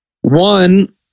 one